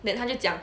then 他就讲